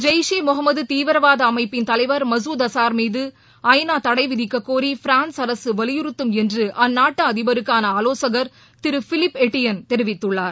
ஜெய்ஷ் இ முகமது தீவிரவாதி அமைப்பிள் தலைவர் மசூத் அசார் மீது ஐ நா தண விதிக்கக்கோரி பிரான்ஸ் அரசு வலியுறுத்தும் என்று அந்நாட்டு அதிபருக்கான ஆலோககர் திரு பிலிப் எட்டியன் தெரிவித்துள்ளார்